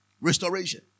Restoration